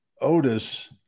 Otis